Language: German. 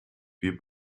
wir